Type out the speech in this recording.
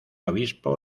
obispo